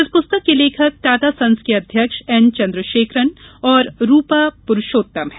इस पुस्तक के लेखक टाटा सन्स के अध्य्क्ष एन चन्द्रशेखरन और रूपा पुरूषोत्म हैं